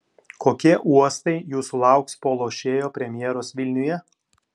kokie uostai jūsų lauks po lošėjo premjeros vilniuje